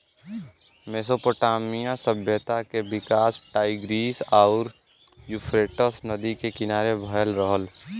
Mesopotamia सभ्यता के विकास टाईग्रीस आउर यूफ्रेटस नदी के किनारे भयल रहल